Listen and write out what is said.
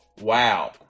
wow